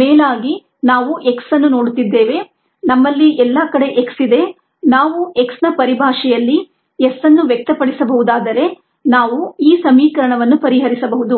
ಮೇಲಾಗಿ ನಾವು x ಅನ್ನು ನೋಡುತ್ತಿದ್ದೇವೆ ನಮ್ಮಲ್ಲಿ ಎಲ್ಲಾ ಕಡೆ x ಇದೆ ನಾವು x ನ ಪರಿಭಾಷೆಯಲ್ಲಿ s ಅನ್ನು ವ್ಯಕ್ತಪಡಿಸಬಹುದಾದರೆ ನಾವು ಈ ಸಮೀಕರಣವನ್ನು ಪರಿಹರಿಸಬಹುದು